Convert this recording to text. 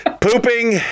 pooping